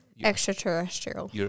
extraterrestrial